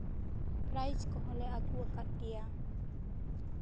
prize ᱠᱚ ᱦᱚᱸ ᱞᱮ ᱟᱜᱩ ᱟᱠᱟᱜ ᱜᱮᱭᱟ